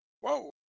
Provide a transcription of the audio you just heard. whoa